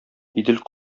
идел